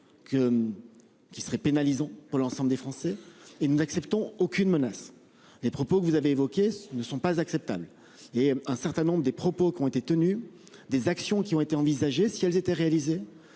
Qui serait pénalisant pour l'ensemble des Français et nous n'acceptons aucune menace les propos que vous avez évoqué, ce ne sont pas acceptables et un certain nombre des propos qui ont été tenus. Des actions qui ont été envisagées si elles étaient réalisées